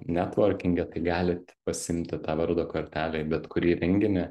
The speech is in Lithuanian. netvorkinge tai galit pasiimti tą vardo kortelę į bet kurį renginį